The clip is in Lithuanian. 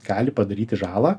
gali padaryti žalą